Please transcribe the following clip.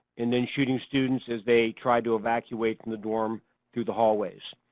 and then shooting students as they tried to evacuate from the dorm through the hallways.